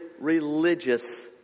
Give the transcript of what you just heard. religious